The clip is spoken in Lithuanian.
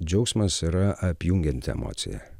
džiaugsmas yra apjungianti emocija